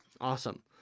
Awesome